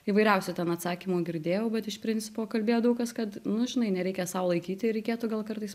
įvairiausių ten atsakymų girdėjau bet iš principo kalbėjo daug kas kad nu žinai nereikia sau laikyti ir reikėtų gal kartais